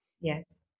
Yes